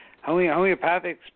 Homeopathic